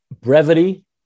brevity